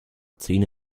zähne